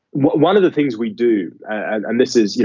one of the things we do and this is,